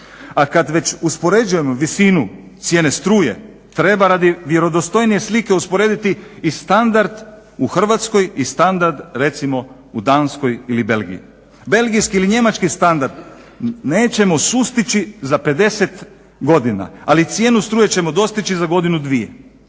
A kad već uspoređujemo visinu cijene struje treba radi vjerodostojnije slike usporediti i standard u Hrvatskoj i standard recimo u Danskoj ili Belgiji. Belgijski ili Njemački standard nećemo sustići za 50 godina, ali cijenu struje ćemo dostići za godinu, dvije.